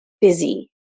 busy